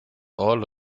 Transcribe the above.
all